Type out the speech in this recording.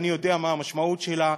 אני יודע מה המשמעות שלה,